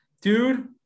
dude